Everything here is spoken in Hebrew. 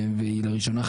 לראשונה,